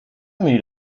meet